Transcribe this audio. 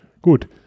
Gut